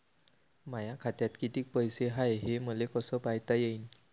माया खात्यात कितीक पैसे हाय, हे मले कस पायता येईन?